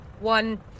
one